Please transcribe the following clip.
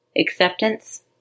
Acceptance